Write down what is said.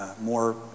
more